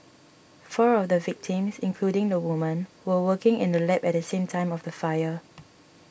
four of the victims including the woman were working in the lab at the time of the fire